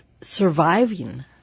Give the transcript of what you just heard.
surviving